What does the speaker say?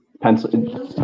Pencil